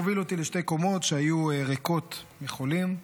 והוא הוביל אותי לשתי קומות שהיו ריקות מחולים,